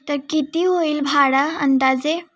तर किती होईल भाडं अंदाजे